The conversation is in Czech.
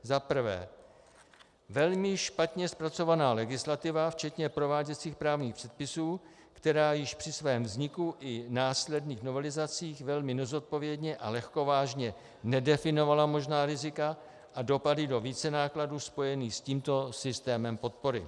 1. velmi špatně zpracovaná legislativa včetně prováděcích právních předpisů, která již při svém vzniku i následných novelizacích velmi nezodpovědně a lehkovážně nedefinovala možná rizika a dopady do vícenákladů spojených s tímto systémem podpory.